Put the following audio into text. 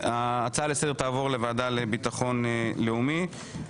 ההצעה לסדר תעבור לוועדה לביטחון לאומי.